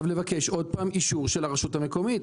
לבקש עוד פעם אישור של הרשות המקומית.